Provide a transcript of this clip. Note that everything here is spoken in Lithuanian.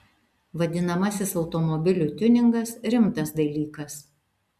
vadinamasis automobilių tiuningas rimtas dalykas